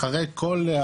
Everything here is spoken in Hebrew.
אחרי כל,